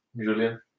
Julian